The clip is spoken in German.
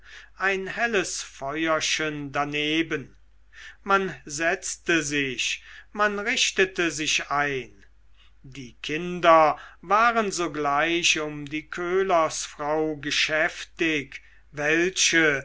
ein helles feuerchen daneben man setzte sich man richtete sich ein die kinder waren sogleich um die köhlersfrau geschäftig welche